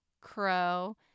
Crow